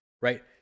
right